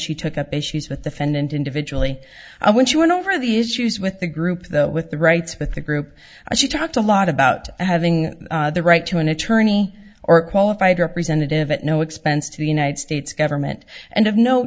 she took up issues with the friend and individually i when she went over the issues with the group the with the rights with the group she talked a lot about having the right to an attorney or qualified representative at no expense to the united states government and of no